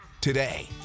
today